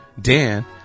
Dan